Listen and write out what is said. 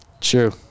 true